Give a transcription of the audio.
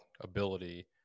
ability